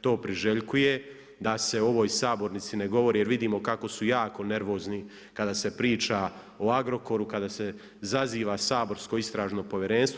to priželjkuje, da se u sabornici ne govori jer vidimo kako su jako nervozni kada se priča o Agrokoru, kada se zaziva saborsko Istražno povjerenstvo.